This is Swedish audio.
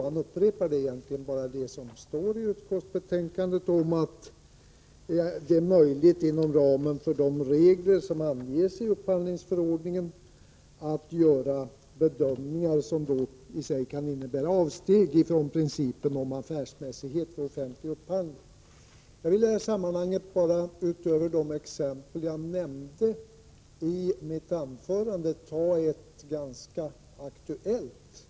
Han upprepade egentligen bara det som står i utskottsbetänkandet om att det är möjligt inom ramen för de regler som anges i upphandlingsförordningen att göra bedömningar som i sig kan innebära avsteg från principen om affärsmässighet vid offentlig upphandling. Utöver de exempel som jag anförde i mitt huvudanförande vill jag ge ett exempel på hur det kan vara i ett ganska aktuellt fall.